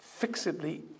fixably